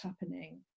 happening